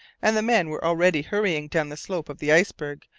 and the men were already hurrying down the slope of the iceberg,